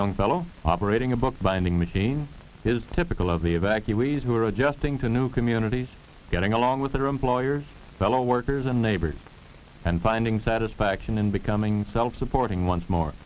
young fellow operating a bookbinding machine is typical of the evacuees who are adjusting to new communities getting along with their employers fellow workers and neighbors and finding satisfaction in becoming self supporting once more